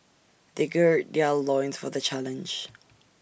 they gird their loins for the challenge